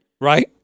Right